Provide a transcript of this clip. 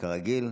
כרגיל.